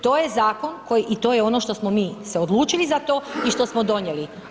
To je zakon i to je ono šta smo mi se odlučili za to i što smo donijeli.